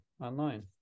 online